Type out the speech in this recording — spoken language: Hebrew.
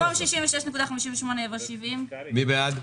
במקום 66.58 יבוא 70. מי בעד?